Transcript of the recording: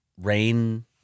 Rain